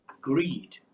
greed